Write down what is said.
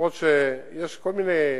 אף-על-פי שיש כל מיני,